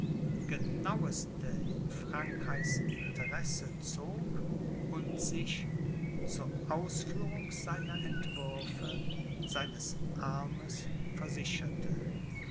genaueste in frankreichs interesse zog und sich zu ausführung seiner entwürfe seines armes versicherte